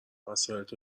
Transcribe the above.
وسایلت